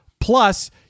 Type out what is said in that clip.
Plus